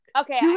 okay